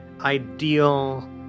ideal